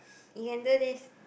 you can do this